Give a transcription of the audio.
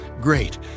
great